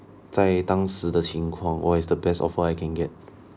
在当时的情况 what is the best offer I can get